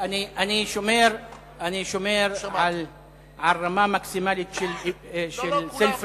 אני שומר על הרמה המקסימלית של self restrain,